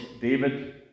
david